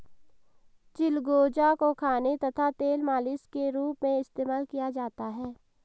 चिलगोजा को खाने तथा तेल मालिश के रूप में इस्तेमाल किया जाता है